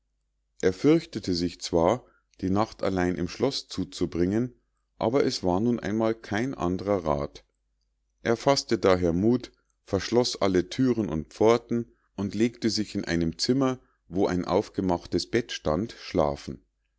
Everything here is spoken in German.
er fürchtete sich zwar die nacht allein im schlosse zuzubringen aber es war nun einmal kein andrer rath er faßte daher muth verschloß alle thüren und pforten und legte sich in einem zimmer wo ein aufgemachtes bett stand schlafen